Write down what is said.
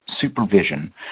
supervision